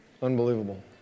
Unbelievable